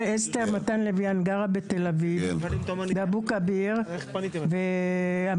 יונים ובנהלים כדי לאפשר את ההסדרה ואת